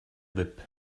whip